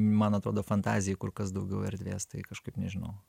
man atrodo fantazijai kur kas daugiau erdvės tai kažkaip nežinau